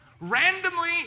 Randomly